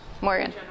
Morgan